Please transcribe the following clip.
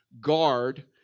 guard